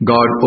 God